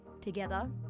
Together